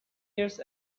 years